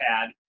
pad